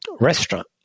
restaurant